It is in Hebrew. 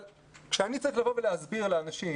אבל כשאני צריך לבוא ולהסביר לאנשים,